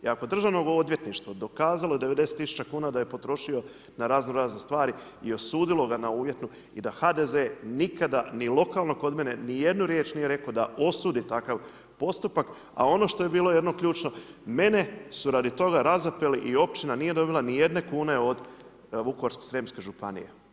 I ako državno odvjetništvo dokazalo je 90 tisuća kuna da je potrošio na razno-razne stvari i osudilo ga na uvjetnu i da HDZ nikada ni lokalno kod mene, ni jednu riječ nije rekao da osudi takav postupak, a ono što je bilo jedno ključno, mene su radi toga razapeli i općina nije dobila ni jedne kune od Vukovarsko-srijemske županije.